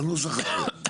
בנוסח הקיים.